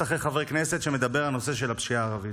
אחרי חבר כנסת שמדברים על נושא הפשיעה הערבית.